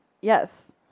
Yes